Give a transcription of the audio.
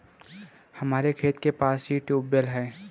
हमारे खेत के पास ही ट्यूबवेल है